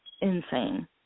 insane